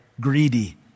Greedy